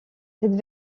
cette